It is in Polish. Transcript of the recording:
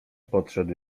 podszedł